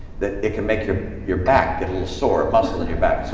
that it can make your your back get a little sore, muscles in your back.